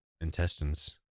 intestines